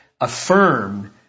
Affirm